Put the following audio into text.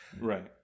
Right